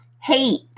Hate